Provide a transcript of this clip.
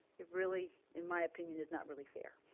really, in my opinion, is not really fair.